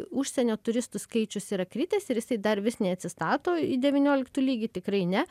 užsienio turistų skaičius yra kritęs ir jisai dar vis neatsistato į devynioliktų lygį tikrai ne